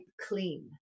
clean